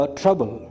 trouble